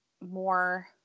more